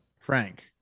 Frank